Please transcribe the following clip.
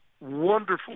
wonderful